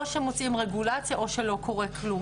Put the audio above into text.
או שמוצאים רגולציה, או שלא קורה כלום.